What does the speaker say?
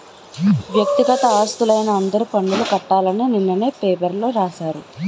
వ్యక్తిగత ఆస్తులైన అందరూ పన్నులు కట్టాలి అని నిన్ననే పేపర్లో రాశారు